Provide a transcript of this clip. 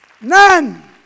None